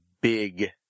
big